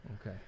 Okay